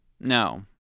no